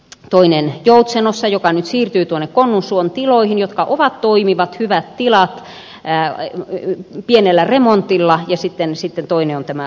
toinen on joutsenossa joka nyt siirtyy konnunsuon tiloihin jotka ovat toimivat hyvät tilat pienellä remontilla ja toinen on tämä oulun